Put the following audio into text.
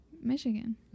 michigan